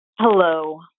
Hello